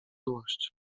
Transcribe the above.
złość